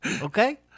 Okay